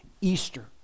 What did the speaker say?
Easter